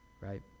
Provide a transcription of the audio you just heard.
Right